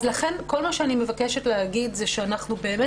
לכן כל שאני מבקשת להגיד הוא שאנחנו באמת